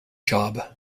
job